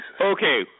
Okay